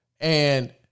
And-